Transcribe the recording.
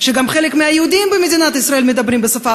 וגם חלק מהיהודים במדינת ישראל מדברים בה.